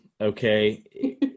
okay